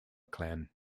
clan